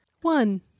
One